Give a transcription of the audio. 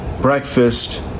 breakfast